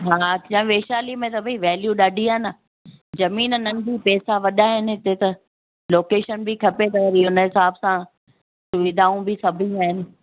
हा या वैशाली में त भाई वैल्यू ॾाढी आहे न ज़मीन नंढियूं पैसा वॾा आहिनि हिते त लोकेशन बि खपे त वरी हुन जे हिसाब सां सुविधाऊं बि सभई आहिनि